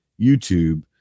YouTube